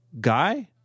guy